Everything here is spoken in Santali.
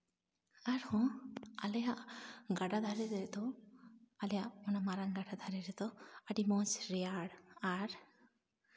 ᱟᱨᱦᱚᱸ ᱟᱞᱮᱭᱟᱜ ᱜᱟᱰᱟ ᱫᱷᱟᱨᱮ ᱨᱮᱫᱚ ᱟᱞᱮᱭᱟᱜ ᱚᱱᱟ ᱢᱟᱨᱟᱝ ᱜᱟᱰᱟ ᱫᱷᱟᱨᱮ ᱨᱮᱫᱚ ᱟᱹᱰᱤ ᱢᱚᱡᱽ ᱨᱮᱭᱟᱲ ᱟᱨ